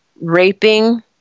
raping